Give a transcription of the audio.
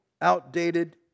outdated